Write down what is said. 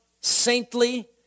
saintly